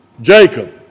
Jacob